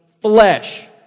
flesh